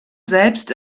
selbst